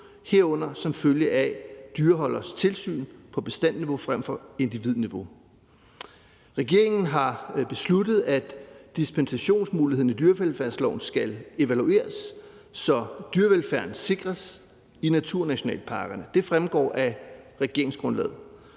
herunder som følge af dyreholders tilsyn på bestandsniveau frem for individniveau. Regeringen har besluttet, at dispensationsmuligheden i dyrevelfærdsloven skal evalueres, så dyrevelfærden sikres i naturnationalparkerne. Det fremgår af regeringsgrundlaget.